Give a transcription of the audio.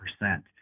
percent